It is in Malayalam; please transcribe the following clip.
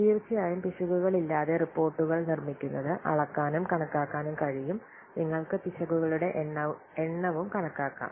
തീർച്ചയായും പിശകുകളില്ലാതെ റിപ്പോർട്ടുകൾ നിർമ്മിക്കുന്നത് അളക്കാനും കണക്കാക്കാനും കഴിയും നിങ്ങൾക്ക് പിശകുകളുടെ എണ്ണവും കണക്കാക്കാം